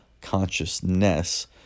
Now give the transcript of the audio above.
consciousness